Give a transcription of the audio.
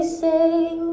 sing